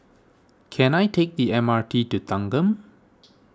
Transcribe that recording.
can I take the M R T to Thanggam